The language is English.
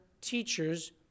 teachers